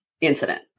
incident